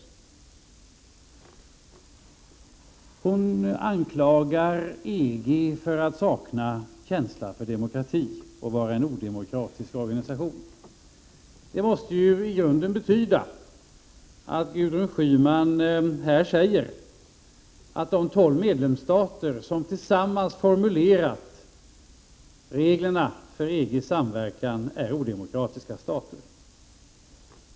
Gudrun Schyman anklagar EG för att sakna känsla för demokrati och för att vara en odemokratisk organisation. Det måste ju i grunden betyda att Gudrun Schyman här säger att de tolv medlemsstater som tillsammans formulerat reglerna för EG:s samverkan är odemokratiska stater.